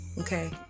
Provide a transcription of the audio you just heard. Okay